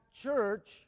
church